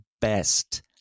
best